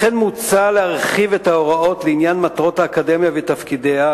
לכן מוצע להרחיב את ההוראות לעניין מטרות האקדמיה ותפקידיה,